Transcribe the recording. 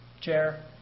chair